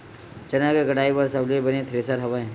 चना के कटाई बर सबले बने थ्रेसर हवय?